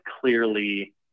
clearly